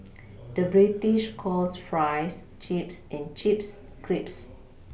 the British calls Fries Chips and Chips Crisps